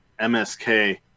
MSK